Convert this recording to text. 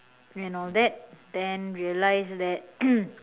and all that then realise that